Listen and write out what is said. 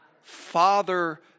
Father